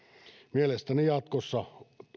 mielestäni jatkossa